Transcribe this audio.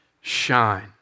shine